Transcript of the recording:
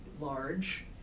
large